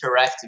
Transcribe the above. interactive